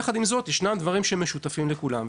ויחד עם זאת ישנם דברים שמשותפים לכולם.